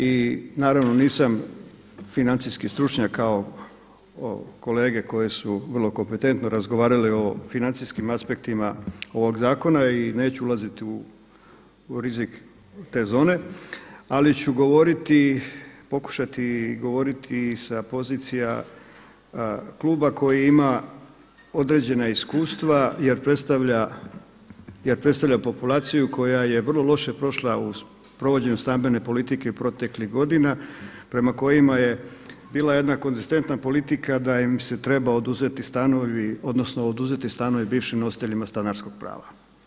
I naravno nisam financijski stručnjak kao kolege koje su vrlo kompetentno razgovarale o financijskim aspektima ovoga zakona i neću ulaziti u rizik te zone ali ću govoriti, pokušati govoriti sa pozicija kluba koji ima određena iskustva jer predstavlja populaciju koja je vrlo loše prošla u provođenju stambene politike proteklih godina prema kojima je bila jedna konzistentna politika da im se treba oduzeti stanovi, odnosno oduzeti stanovi bivšim nositeljima stanarskog prava.